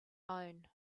own